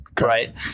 Right